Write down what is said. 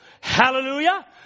Hallelujah